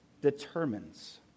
determines